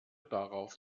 darauf